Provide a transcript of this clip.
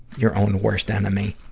your own worst enemy.